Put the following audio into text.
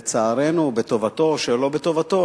לצערנו, בטובתו או שלא בטובתו